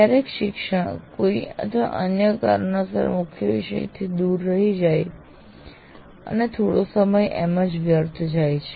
ક્યારેક શિક્ષક કોઈ અથવા અન્ય કારણોસર મુખ્ય વિષયથી દૂર જાય છે અને થોડો સમય એમ જ વ્યર્થ જાય છે